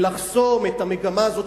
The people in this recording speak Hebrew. ולחסום את המגמה הזאת,